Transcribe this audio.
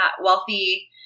wealthy